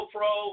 Pro